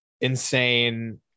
insane